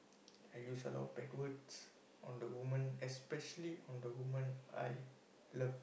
I use a lot of bad words on the woman especially on the woman I love